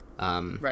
Right